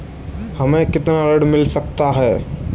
हमें कितना ऋण मिल सकता है?